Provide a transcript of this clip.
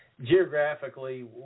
Geographically